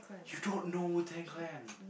you don't know Wu-Tang-Clan